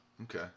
Okay